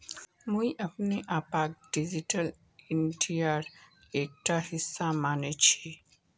मुई अपने आपक डिजिटल इंडियार एकटा हिस्सा माने छि